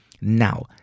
Now